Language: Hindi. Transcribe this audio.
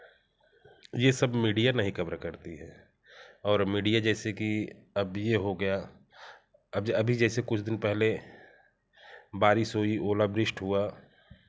ये सब मीडिया नहीं कवर करती है और मीडिया जैसे कि अब यह हो गया अब जे अभी जैसे कुछ दिन पहले बारिश हुई ओला वृष्ट हुआ